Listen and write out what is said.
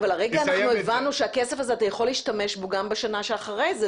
אבל כרגע הבנו שאתה יכול להשתמש בכסף הזה גם בשנה שאחרי כן.